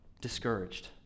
discouraged